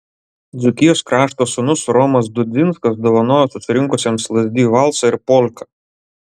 dzūkijos krašto sūnus romas dudzinskas dovanojo susirinkusiems lazdijų valsą ir polką